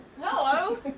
hello